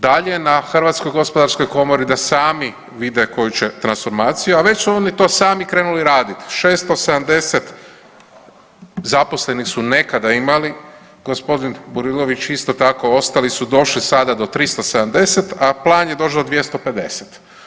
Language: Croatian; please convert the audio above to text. Dalje je na HGK da sami vide koju će transformaciju, a već su oni to sami krenuli raditi 670 zaposlenih su nekada imali, gospodin Burilović isto tako ostali su došli sada do 370, a plan je doći do 250.